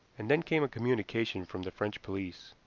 and then came a communication from the french police.